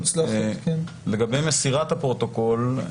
לגבי מסירת הפרוטוקול,